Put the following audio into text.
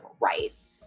rights